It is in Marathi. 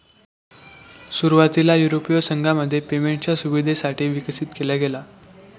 सुरुवातीला युरोपीय संघामध्ये पेमेंटच्या सुविधेसाठी विकसित केला गेला